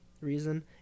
reason